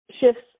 shifts